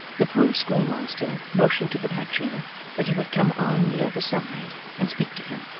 the poor schoolmaster motioned to the bachelor that he would come on the other side, and speak to him.